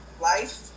life